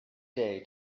day